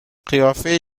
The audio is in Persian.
قیافه